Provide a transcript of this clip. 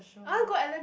I want go Ellen